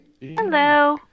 Hello